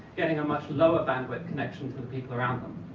getting a much lower bandwidth connection to the people around them.